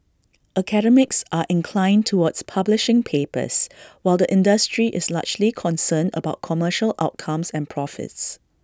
academics are inclined towards publishing papers while the industry is largely concerned about commercial outcomes and profits